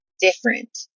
different